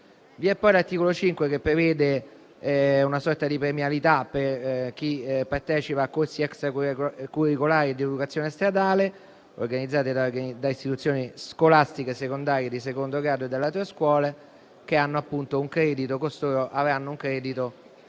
Vi è poi l'articolo 5, che prevede una sorta di premialità per chi partecipa a corsi extracurricolari e di educazione stradale, organizzati da istituzioni scolastiche secondarie di secondo grado e dalle autoscuole. Costoro avranno un credito